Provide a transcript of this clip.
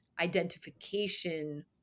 identification